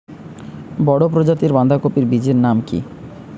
বড় প্রজাতীর বাঁধাকপির বীজের নাম কি?